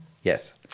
Yes